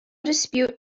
dispute